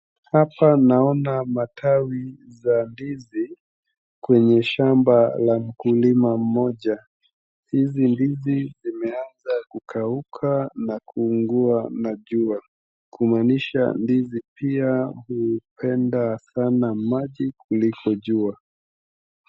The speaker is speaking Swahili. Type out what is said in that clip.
Hapa naona matawi za ndizi kwenye shamba la mkulima mmoja. Hizi ndizi zimeanza kukauka na kuungua na jua, kumaanisha ndizi pia hupenda sana maji kuliko jua.